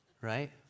right